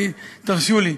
ותרשו לי.